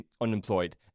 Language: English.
unemployed